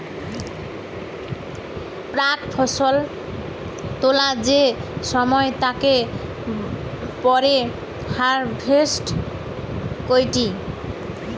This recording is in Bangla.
প্রাক ফসল তোলা যে সময় তা তাকে পরে হারভেস্ট কইটি